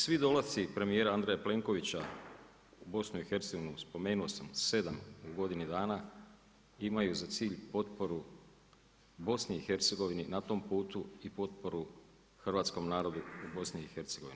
Svi dolasci premjera Andreja Plenkovića, BIH spomenuo sam 7 godina dana imaju za cilj potporu BIH na tom putu i potporu hrvatskog naroda u BIH.